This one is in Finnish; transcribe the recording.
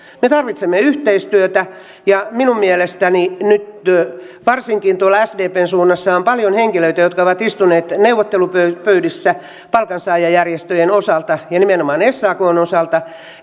me tarvitsemme yhteistyötä minun mielestäni nyt varsinkin tuolla sdpn suunnassa on paljon henkilöitä jotka ovat istuneet neuvottelupöydissä palkansaajajärjestöjen osalta ja nimenomaan sakn osalta